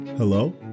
Hello